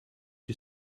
you